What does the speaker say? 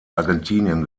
argentinien